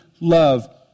love